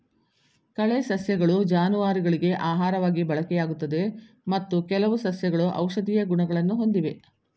ಕಳೆ ಸಸ್ಯಗಳು ಜಾನುವಾರುಗಳಿಗೆ ಆಹಾರವಾಗಿ ಬಳಕೆಯಾಗುತ್ತದೆ ಮತ್ತು ಕೆಲವು ಸಸ್ಯಗಳು ಔಷಧೀಯ ಗುಣಗಳನ್ನು ಹೊಂದಿವೆ